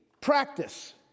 practice